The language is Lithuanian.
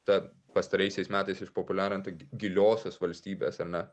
ta pastaraisiais metais išpopuliarinta giliosios valstybės ar ne